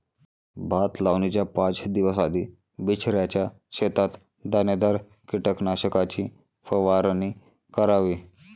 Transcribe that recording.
भात लावणीच्या पाच दिवस आधी बिचऱ्याच्या शेतात दाणेदार कीटकनाशकाची फवारणी करावी